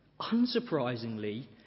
Unsurprisingly